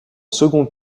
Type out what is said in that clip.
second